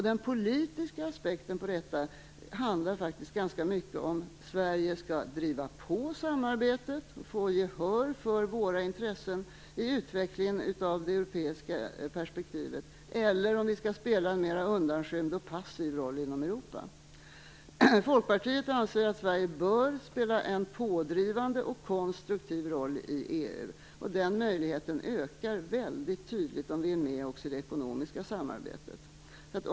Den politiska aspekten på detta handlar faktiskt ganska mycket om ifall Sverige skall driva på samarbetet och få gehör för våra intressen vid utvecklingen av det europeiska perspektivet eller om vi skall spela en mera undanskymd och passiv roll inom Europa. Folkpartiet anser att Sverige bör spela en pådrivande och konstruktiv roll i EU, och den möjligheten ökar väldigt tydligt, om vi är med också i det ekonomiska samarbetet.